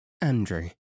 Andrew